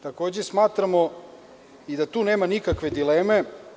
Takođe, smatramo da tu nema nikakve dileme.